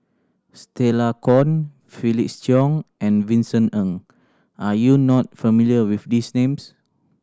Stella Kon Felix Cheong and Vincent Ng are you not familiar with these names